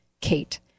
Kate